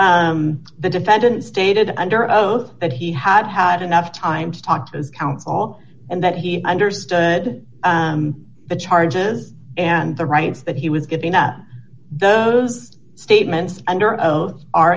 year the defendant stated under oath that he had had enough time to talk to his counsel and that he understood the charges and the rights that he was giving us those statements under oath are